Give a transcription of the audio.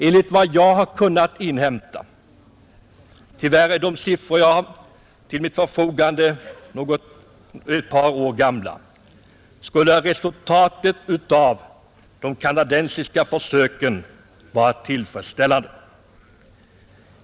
Enligt vad jag kunnat inhämta — tyvärr är de siffror jag har till mitt förfogande ett par år gamla — skulle resultatet av de kanadensiska försöken vara mycket tillfredsställande.